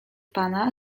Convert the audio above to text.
pana